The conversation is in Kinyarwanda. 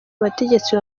abategetsi